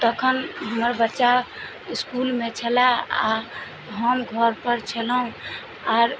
तखन हमर बच्चा इसकुलमे छलए आ हम घर पर छलहुॅं आर